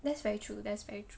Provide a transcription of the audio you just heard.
that's very true that's very true